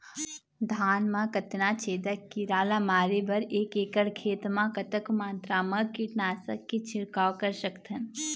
धान मा कतना छेदक कीरा ला मारे बर एक एकड़ खेत मा कतक मात्रा मा कीट नासक के छिड़काव कर सकथन?